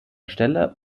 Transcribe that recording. stelle